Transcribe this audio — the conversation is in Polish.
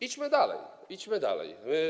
Idźmy dalej, idźmy dalej.